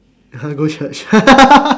go church